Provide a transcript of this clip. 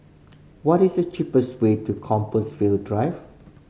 what is the cheapest way to Compassvale Drive